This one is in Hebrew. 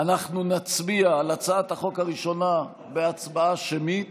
אנחנו נצביע על הצעת החוק הראשונה בהצבעה שמית